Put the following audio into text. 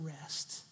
rest